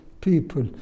people